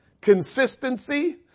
consistency